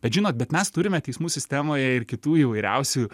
bet žinot bet mes turime teismų sistemoje ir kitų įvairiausių